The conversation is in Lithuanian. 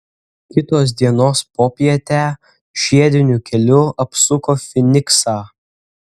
kitos dienos popietę žiediniu keliu apsuko fyniksą